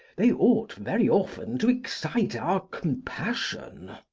they ought very often to excite our compassion.